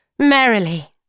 Merrily